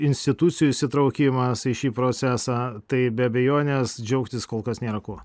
institucijų įsitraukimas į šį procesą tai be abejonės džiaugtis kol kas nėra kuo